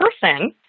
person